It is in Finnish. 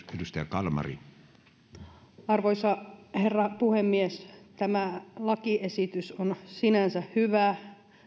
arvoisa herra puhemies tämä lakiesitys on sinänsä hyvä